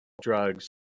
drugs